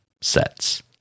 sets